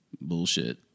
bullshit